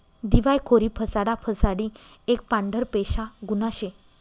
दिवायखोरी फसाडा फसाडी एक पांढरपेशा गुन्हा शे